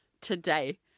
today